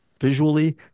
visually